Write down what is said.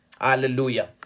Hallelujah